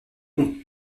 ont